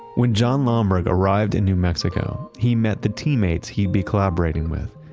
when jon lomberg arrived in new mexico, he met the teammates he'd be collaborating with.